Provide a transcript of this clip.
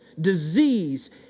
disease